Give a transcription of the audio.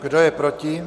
Kdo je proti?